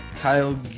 Kyle